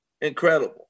Incredible